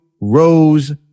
Rose